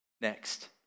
next